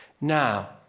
Now